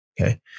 Okay